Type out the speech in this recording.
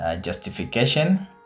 justification